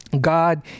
God